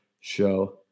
show